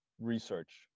research